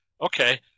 Okay